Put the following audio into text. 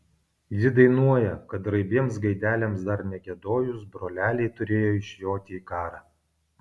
ji dainuoja kad raibiems gaideliams dar negiedojus broleliai turėjo išjoti į karą